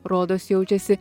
rodos jaučiasi